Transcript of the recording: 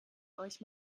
euch